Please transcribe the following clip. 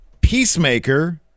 Peacemaker